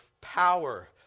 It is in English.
power